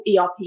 erp